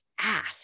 ask